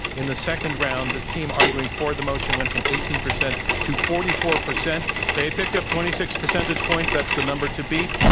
in the second round, the team arguing for the motion went from eighteen percent to forty four percent. they picked up twenty six percentage points. that's the number to beat.